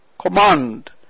command